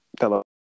hello